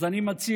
אז אני מציע